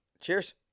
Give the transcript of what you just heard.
Cheers